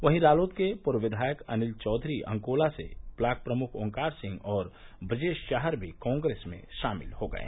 वहीं रालोद के पूर्व विधायक अनिल चौधरी अंकोला से ब्लाक प्रमुख आंमकार सिंह और ब्रजेश चाहर भी कांग्रेस में शामिल हो गये